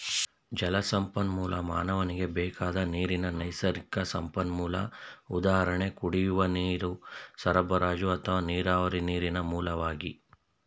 ಜಲಸಂಪನ್ಮೂಲ ಮಾನವನಿಗೆ ಬೇಕಾದ ನೀರಿನ ನೈಸರ್ಗಿಕ ಸಂಪನ್ಮೂಲ ಉದಾಹರಣೆ ಕುಡಿಯುವ ನೀರು ಸರಬರಾಜು ಅಥವಾ ನೀರಾವರಿ ನೀರಿನ ಮೂಲವಾಗಿ